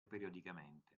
periodicamente